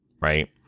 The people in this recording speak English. right